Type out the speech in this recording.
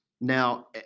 Now